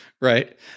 right